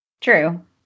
True